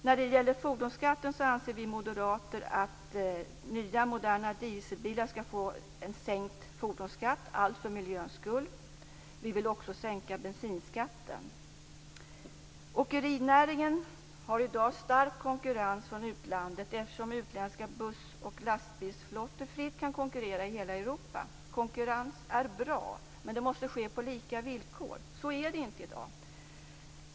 När det gäller fordonsskatten anser vi moderater att nya moderna dieselbilar för miljöns skull skall få en sänkt fordonsskatt. Vi vill också sänka bensinskatten. Åkerinäringen har i dag stark konkurrens från utlandet, eftersom utländska buss och lastbilsflottor fritt kan konkurrera i hela Europa. Konkurrens är bra, men den måste vara på lika villkor. Så är det inte i dag.